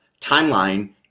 timeline